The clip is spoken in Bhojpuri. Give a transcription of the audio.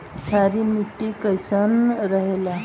क्षारीय मिट्टी कईसन रहेला?